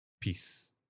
Peace